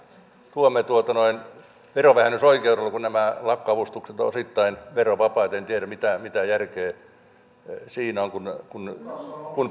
tuemme verovähennysoikeudella kun nämä lakkoavustukset ovat osittain verovapaita en tiedä mitä järkeä siinä on kun